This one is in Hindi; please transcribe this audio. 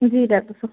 जी डाक्टर साहब